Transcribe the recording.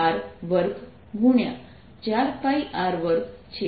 4πr2 છે